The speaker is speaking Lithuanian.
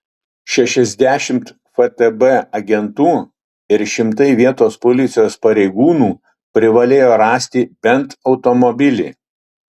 šešiasdešimt ftb agentų ir šimtai vietos policijos pareigūnų privalėjo rasti bent automobilį